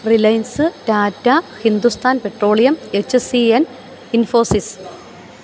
reliance Tata Hindustan petroleum H C N Infosys